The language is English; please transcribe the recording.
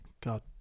God